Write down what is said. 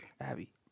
Abby